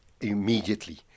immediately